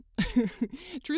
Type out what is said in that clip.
Truth